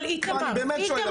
אני באמת שואל,